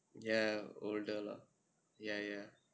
ya older lah ya ya